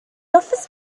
office